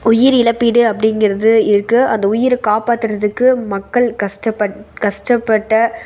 உயிர் இழப்பீடு அப்படிங்கிறது இருக்குது அந்த உயிரை காப்பாத்துகிறதுக்கு மக்கள் கஷ்டப்பட் கஷ்டப்பட்ட